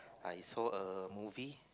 I saw a movie